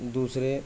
دوسرے